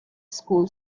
school